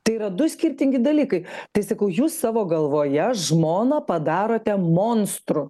tai yra du skirtingi dalykai tai sakau jūs savo galvoje žmoną padarote monstru